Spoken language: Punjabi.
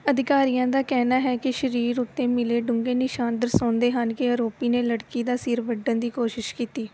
ਅਧਿਕਾਰੀਆਂ ਦਾ ਕਹਿਣਾ ਹੈ ਕਿ ਸਰੀਰ ਉੱਤੇ ਮਿਲੇ ਡੂੰਘੇ ਨਿਸ਼ਾਨ ਦਰਸਾਉਂਦੇ ਹਨ ਕਿ ਆਰੋਪੀ ਨੇ ਲੜਕੀ ਦਾ ਸਿਰ ਵੱਢਣ ਦੀ ਕੋਸ਼ਿਸ਼ ਕੀਤੀ